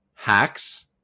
Hacks